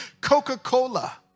Coca-Cola